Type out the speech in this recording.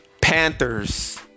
Panthers